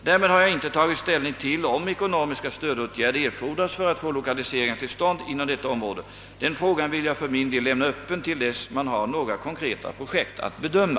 Därmed har jag inte tagit ställning till om ekonomiska stödåtgärder erfordras för att få lokaliseringar till stånd inom detta område. Den frågan vill jag för min del lämna öppen till dess man har några konkreta projekt att bedöma.